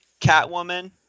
Catwoman